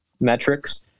metrics